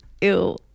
Ew